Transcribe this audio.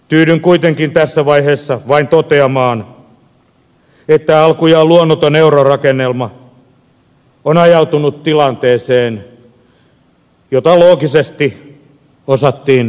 tyydyn kuitenkin tässä vaiheessa vain toteamaan että alkujaan luonnoton eurorakennelma on ajautunut tilanteeseen jota loogisesti osattiin ennakoidakin